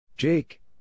Jake